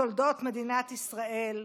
בתולדות מדינת ישראל,